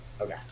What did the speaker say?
Okay